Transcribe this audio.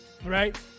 Right